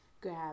grab